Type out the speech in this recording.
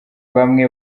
bamwe